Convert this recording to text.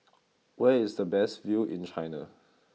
where is the best view in China